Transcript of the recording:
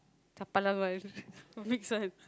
chapalang one mix one